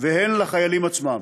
והן לחיילים עצמם.